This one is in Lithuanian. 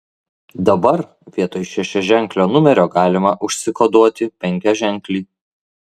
dabar vietoj šešiaženklio numerio galima užsikoduoti penkiaženklį